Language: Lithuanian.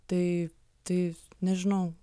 tai tai nežinau